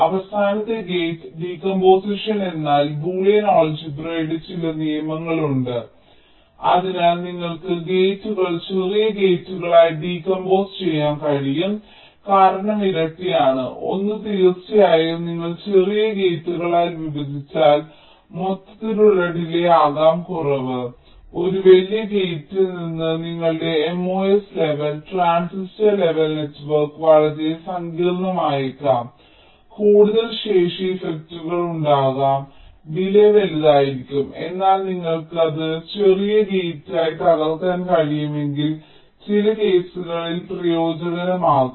അവസാനത്തേത് gate decomposition എന്നാൽ Boolean algebra യുടെ ചില നിയമങ്ങളുണ്ട് അതിനാൽ നിങ്ങൾക്ക് ഗേറ്റുകൾ ചെറിയ ഗേറ്റുകളായി ഡീകമ്പോസ് ചെയ്യാൻ കഴിയും കാരണം ഇരട്ടിയാണ് ഒന്ന് തീർച്ചയായും നിങ്ങൾ ചെറിയ ഗേറ്റുകളായി വിഭജിച്ചാൽ മൊത്തത്തിലുള്ള ഡിലേയ് ആകാം കുറവ് ഒരു വലിയ ഗേറ്റ്സ്സിൽ നിന്നും നിങ്ങളുടെ MOS level transistor level network വളരെ സങ്കീർണമായേക്കാം കൂടുതൽ ശേഷി ഇഫക്റ്റുകൾ ഉണ്ടാകും ഡിലേയ് വലുതായിരിക്കും എന്നാൽ നിങ്ങൾക്ക് അത് ചെറിയ ഗേറ്റ്സ്സായി തകർക്കാൻ കഴിയുമെങ്കിൽ ചില കേസുകളിൽ പ്രയോജനകരമാകും